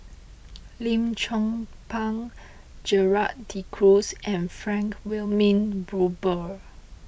Lim Chong Pang Gerald De Cruz and Frank Wilmin Brewer